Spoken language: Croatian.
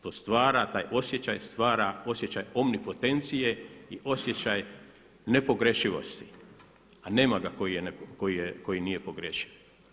To stvara, taj osjećaj stvara osjećaj omnipotencije i osjećaj nepogrešivosti a nema ga koji nije pogrešiv.